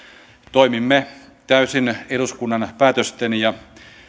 toimimme täysin eduskunnan päätösten ja